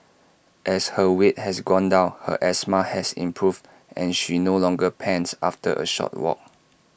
as her weight has gone down her asthma has improved and she no longer pants after A short walk